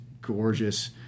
gorgeous